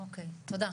אוקי, תודה.